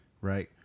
Right